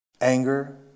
Anger